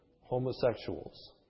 homosexuals